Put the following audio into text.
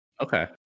Okay